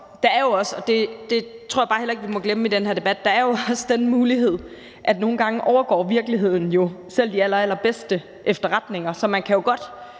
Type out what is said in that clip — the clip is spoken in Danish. den mulighed – og det tror jeg bare heller ikke vi må glemme i den her debat – at nogle gange overgår virkeligheden jo selv de allerallerbedste efterretninger. Så man kan jo godt